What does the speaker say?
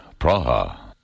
Praha